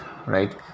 right